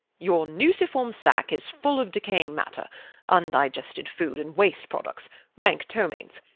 your nuciform sac is full of decaying matter undigested food and waste products rank ptomaines.